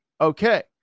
okay